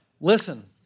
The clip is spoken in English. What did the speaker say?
listen